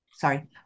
Sorry